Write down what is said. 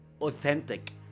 authentic